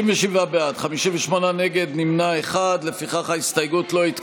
בחרת מנכ"ל מצוין.